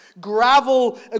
gravel